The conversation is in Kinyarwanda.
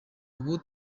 ubu